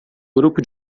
grupo